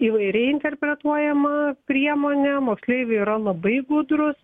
įvairiai interpretuojama priemonė moksleiviai yra labai gudrūs